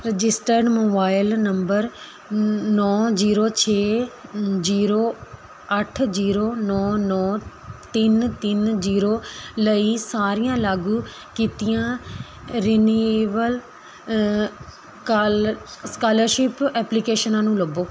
registered mobile number ਨ ਨੌ zero ਛੇ ਜੀਰੋ ਅੱਠ ਜੀਰੋ ਨੌ ਨੌ ਤਿੰਨ ਤਿੰਨ ਜੀਰੋ ਲਈ ਸਾਰੀਆਂ ਲਾਗੂ ਕੀਤੀਆਂ ਰਿਨਿਵਲ ਕਾਲ ਸਕਾਲਰਸ਼ਿਪ ਐਪਲੀਕੇਸ਼ਨਾਂ ਨੂੰ ਲੱਭੋ